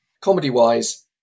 Comedy-wise